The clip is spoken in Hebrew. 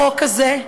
החוק הזה,